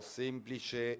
semplice